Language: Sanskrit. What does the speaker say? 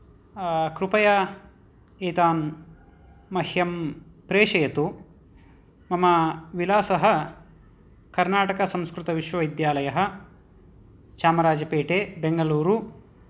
कृपया एतान् मह्यं प्रेशयतु मम विलासः कर्नाटकसंस्कृतविश्वविद्यालयः चामराजपेटे बेंगलूरु